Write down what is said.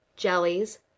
jellies